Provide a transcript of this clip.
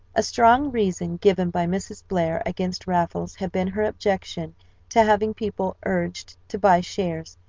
a strong reason given by mrs. blair against raffles had been her objection to having people urged to buy shares,